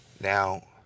Now